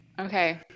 Okay